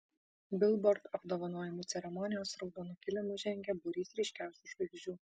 bilbord apdovanojimų ceremonijos raudonu kilimu žengė būrys ryškiausių žvaigždžių